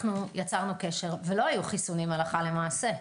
יצרנו קשר ולא היו חיסונים הלכה למעשה.